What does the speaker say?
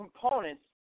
components